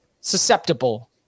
susceptible